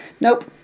Nope